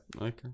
Okay